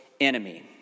enemy